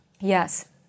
Yes